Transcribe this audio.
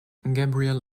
gabriel